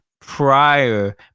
prior